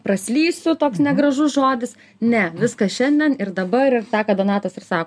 praslysiu toks negražus žodis ne viskas šiandien ir dabar ir tą ką donatas ir sako